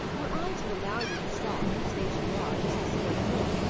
were i to allow you to stop, in the state you are, just to serve me,